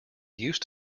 used